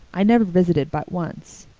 i never visited but once.